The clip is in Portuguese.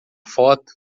foto